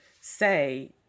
say